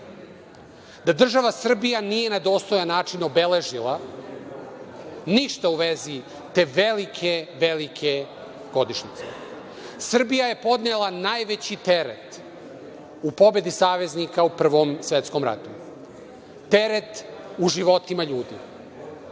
da država Srbija nije na dostojan način obeležila ništa u vezi te velike, velike, godišnjice. Srbija je podnela najveći teret u pobedi saveznika u Prvom svetskom ratu, teret u životima ljudi,